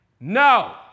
No